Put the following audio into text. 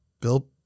Bill